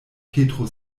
petro